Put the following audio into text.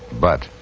but,